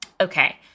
okay